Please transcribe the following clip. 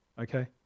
okay